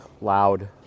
loud